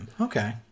Okay